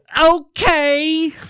Okay